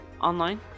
Online